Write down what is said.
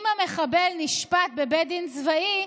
אם המחבל נשפט בבית דין צבאי,